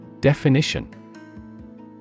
Definition